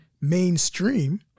mainstream